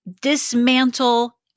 dismantle